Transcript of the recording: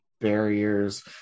barriers